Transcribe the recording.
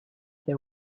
they